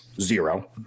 zero